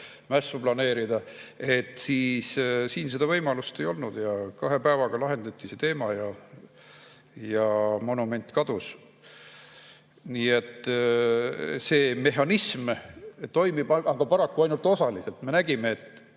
mässu planeerida. Siin seda võimalust ei olnud ja kahe päevaga lahendati see teema, monument kadus. Nii et see mehhanism toimib, aga paraku ainult osaliselt. Me nägime, et